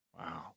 Wow